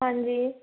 ਹਾਂਜੀ